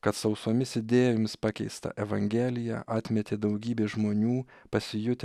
kad sausomis idėjomis pakeistą evangeliją atmetė daugybė žmonių pasijutę